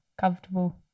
comfortable